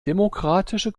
demokratische